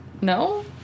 No